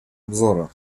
обзора